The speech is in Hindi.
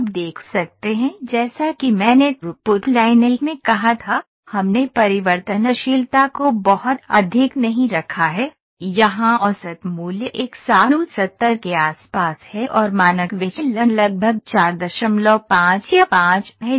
आप देख सकते हैं जैसा कि मैंने थ्रूपुट लाइन 1 में कहा था हमने परिवर्तनशीलता को बहुत अधिक नहीं रखा है यहां औसत मूल्य 170 के आसपास है और मानक विचलन लगभग 45 या 5 है